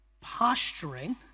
posturing